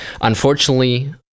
unfortunately